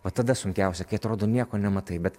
va tada sunkiausia kai atrodo nieko nematai bet